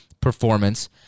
performance